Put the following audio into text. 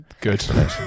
Good